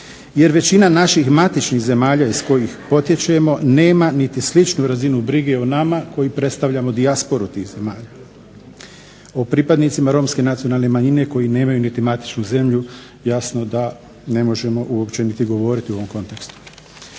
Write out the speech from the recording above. jer većina naših matičnih zemalja iz kojih potječemo nema niti sličnu razinu brige o nama koji predstavljamo dijasporu tih zemalja. O pripadnice Romske nacionalne manjine koji nemaju niti matičnu zemlju jasno da ne možemo uopće niti govoriti u ovom kontekstu.